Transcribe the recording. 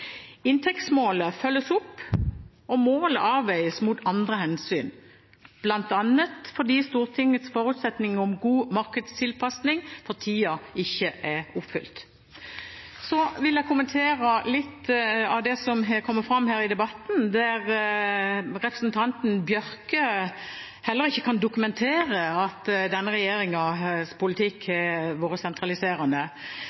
Inntektsmålet følges opp, og målet avveies mot andre hensyn, bl.a. fordi Stortingets forutsetning om god markedstilpasning for tiden ikke er oppfylt. Så vil jeg kommentere litt av det som har kommet fram her i debatten. Heller ikke representanten Bjørke kan dokumentere at denne regjeringens politikk